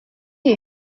you